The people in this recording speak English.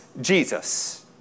Jesus